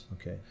Okay